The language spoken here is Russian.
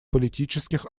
политических